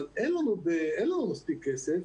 אבל אין לנו מספיק כסף,